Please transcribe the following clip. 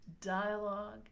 dialogue